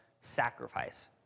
sacrifice